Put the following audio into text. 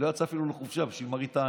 היא לא יצאה אפילו לחופשה בשביל מראית עין.